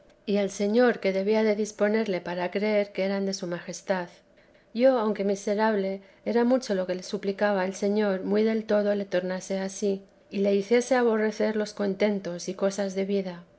y el señor que debía de disponerle para creer que eran de su majestad y yo aunque miserable era mucho lo que le suplicaba al señor muy del todo le tornase a sí y le hiciese aborrecer los contentos y cosas de la vida